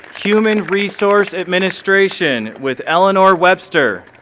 human resource administration with eleanore webster.